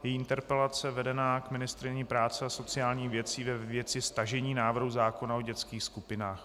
Její interpelace je vedena k ministryni práce a sociálních věcí ve věci stažení návrhu zákona o dětských skupinách.